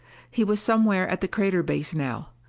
he was somewhere at the crater base now.